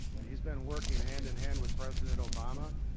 and he's been working hand in hand with president obama.